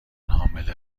حامله